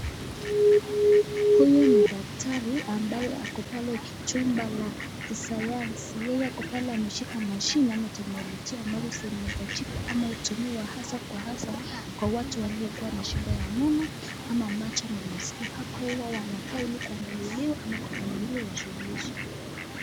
Huyu ni daktari ambaye ako pale chumba la kisayansi, yeye ako pale ameshika mashini ama teknolojia ambazo zinahitajika ama hutumiwa hasa kwa hasa kwa watu waliokuwa na shida ya meno ama macho ama maskio, hapa huwa wanakaa ili kuangaliliwa ama kufanyiwa suluhisho.